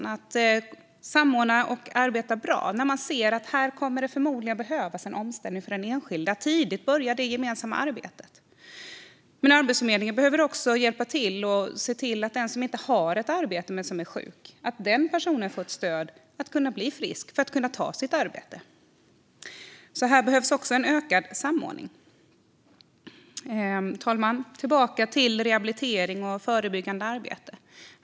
Det handlar om att samordna och arbeta bra på ett tidigt stadium när man ser att det här förmodligen behövs en omställning för den enskilda. Men Arbetsförmedlingen behöver också hjälpa till så att den sjuke som inte har ett arbete får stöd att bli frisk för att sedan kunna ta sig ett arbete. Här behövs också en ökad samordning. Fru talman! Låt mig gå tillbaka till rehabilitering och förebyggande arbete.